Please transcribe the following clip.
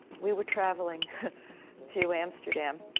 we were traveling to amsterdam.